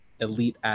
Elite